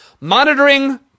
monitoring